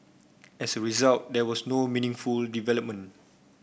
as a result there was no meaningful development